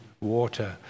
water